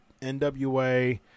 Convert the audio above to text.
NWA